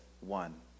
one